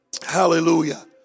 Hallelujah